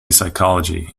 psychology